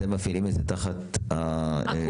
אתם מפעילים את זה תחת הקואליציה?